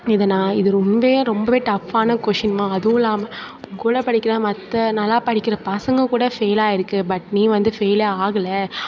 இது நான் ரொம்பவே ரொம்பவே டஃபான கொஷின்மா அதுவில்லாம கூட படிக்கிற மற்ற நல்லா படிக்கிற பசங்கள் கூட ஃபெயிலாகிருக்கு பட் நீ வந்து ஃபெயிலே ஆகல